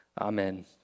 Amen